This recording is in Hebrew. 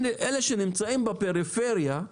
אלה שנמצאים בפריפריה,